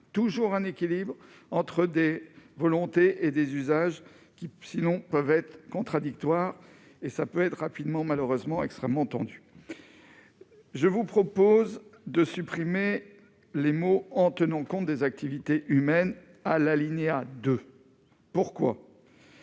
toujours un équilibre entre des volontés et des usages qui si on peuvent être contradictoires et ça peut être rapidement malheureusement extrêmement tendue, je vous propose de supprimer les mots en tenant compte des activités humaines à l'alinéa 2 pourquoi.